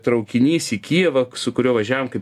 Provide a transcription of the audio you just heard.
traukinys į kijevą su kuriuo važiavom kaip